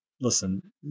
listen